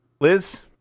Liz